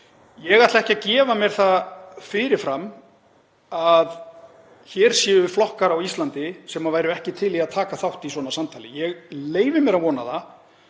Ég ætla ekki að gefa mér það fyrir fram að hér séu flokkar á Íslandi sem væru ekki til í að taka þátt í svona samtali. Ég leyfi mér að vona það